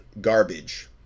garbage